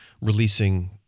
releasing